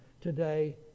today